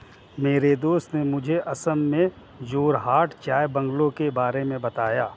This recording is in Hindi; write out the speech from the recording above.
मेरे दोस्त ने मुझे असम में जोरहाट चाय बंगलों के बारे में बताया